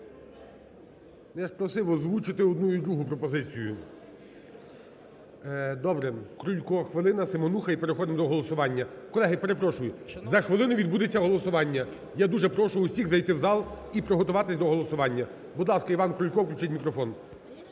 Я ж просив озвучити одну і другу пропозицію. Добре. Крулько, хвилина, Семенуха, і переходимо до голосування. Колеги, перепрошую, за хвилину відбудеться голосування. Я дуже прошу всіх зайти в зал і приготуватись до голосування. Будь ласка, Іван Крулько, включіть мікрофон.